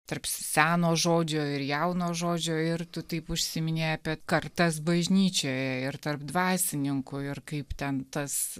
tarp seno žodžio ir jauno žodžio ir tu taip užsiiminėji apie kartas bažnyčioje ir tarp dvasininkų ir kaip ten tas